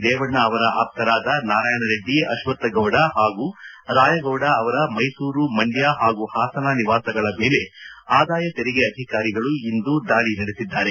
ರೇವಣ್ಣ ಅವರ ಆಪ್ತರಾದ ನಾರಾಯಣ ರೆಡ್ಲಿ ಅಶ್ವತ್ತ ಗೌಡ ಹಾಗೂ ರಾಯಗೌಡ ಅವರ ಮೈಸೂರು ಮಂಡ್ಲ ಹಾಗೂ ಹಾಸನ ನಿವಾಸಗಳ ಮೇಲೆ ಆದಾಯ ತೆರಿಗೆ ಅಧಿಕಾರಿಗಳು ಇಂದು ದಾಳಿ ನಡೆಸಿದ್ದಾರೆ